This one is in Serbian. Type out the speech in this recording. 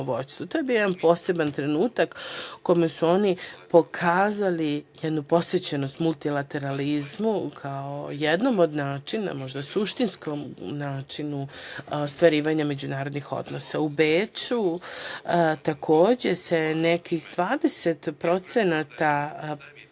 To je bio jedan poseban trenutak u kome su oni pokazali jednu posvećenost multilateralizmu kao jednom od načina, možda suštinskog načina ostvarivanja međunarodnih odnosa.U Beču se, takođe, nekih 20% predsednica